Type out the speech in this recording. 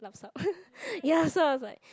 lupsup ya so I was like